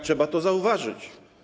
Trzeba to zauważyć.